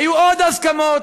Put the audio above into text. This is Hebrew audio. היו עוד הסכמות,